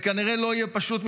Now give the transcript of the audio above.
זה כנראה לא יהיה פשוט.